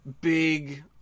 big